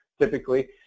typically